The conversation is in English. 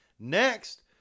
Next